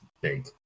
big